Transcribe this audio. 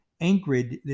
anchored